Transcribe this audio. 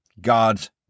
God's